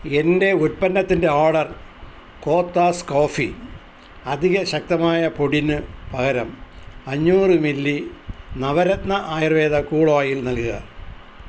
എന്റെ ഉൽപ്പന്നത്തിന്റെ order Kothas coffee അധികം ശക്തമായ പൊടിന് പകരം അഞ്ഞൂറ് milli Navratna Ayurveda cool oil നൽകുക